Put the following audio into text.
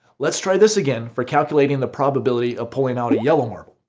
let's try this again for calculating the probability of pulling out a yellow marble.